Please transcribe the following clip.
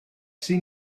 sydd